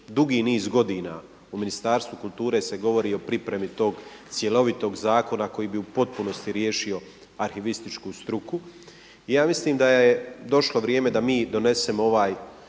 dugi niz godina u Ministarstvu kulture se govori o pripremi tog cjelovitog zakona koji bi u potpunosti riješio arhivističku struku. I ja mislim da je došlo vrijeme da mi donesemo ovaj